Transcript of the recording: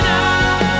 Now